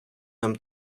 нам